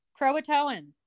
Croatoan